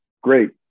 Great